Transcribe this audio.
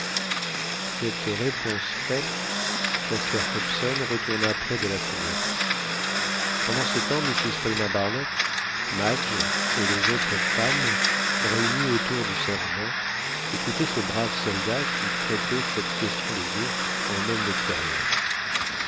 cette réponse faite jasper hobson retourna près de la fenêtre pendant ce temps mrs paulina barnett madge et les autres femmes réunies autour du sergent écoutaient ce brave soldat qui traitait cette question des ours en homme d'expérience